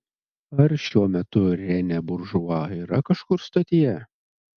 ar šiuo metu renė buržua yra kažkur stotyje